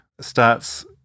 Starts